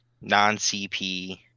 non-CP